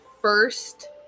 first